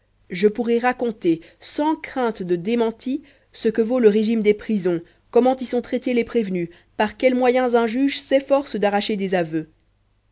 je pourrai raconter sans crainte de démenti ce que vaut le régime des prisons comment y sont traités les prévenus par quels moyens un juge s'efforce d'arracher des aveux